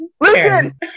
Listen